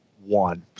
One